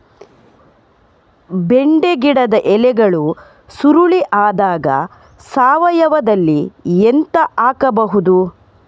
ಬೆಂಡೆ ಗಿಡದ ಎಲೆಗಳು ಸುರುಳಿ ಆದಾಗ ಸಾವಯವದಲ್ಲಿ ಎಂತ ಹಾಕಬಹುದು?